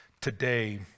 today